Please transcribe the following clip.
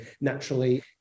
naturally